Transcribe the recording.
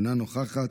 אינה נוכחת,